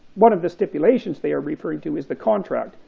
one of the stipulations they're referring to is the contract,